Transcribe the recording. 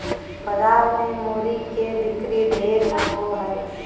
बाजार मे मूरी के बिक्री ढेर होवो हय